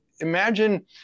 imagine